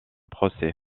procès